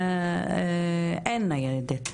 אין ניידת.